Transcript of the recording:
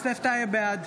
בעד